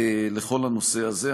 לכל הנושא הזה,